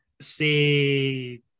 say